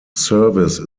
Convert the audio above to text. service